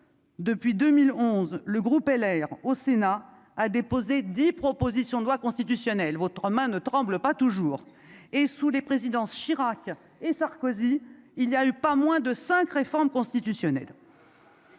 depuis 2011, le groupe LR au Sénat a déposé 10 propositions de loi constitutionnelle votre main ne tremble pas toujours et sous les présidences Chirac et Sarkozy, il y a eu pas moins de 5 réforme constitutionnelle.